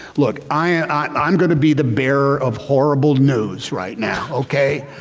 look i'm going to be the bearer of horrible news right now. okay,